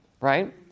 right